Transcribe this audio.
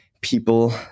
people